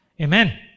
Amen